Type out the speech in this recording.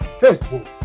Facebook